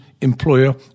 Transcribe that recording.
employer